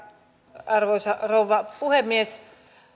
arvoisa rouva puhemies